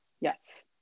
yes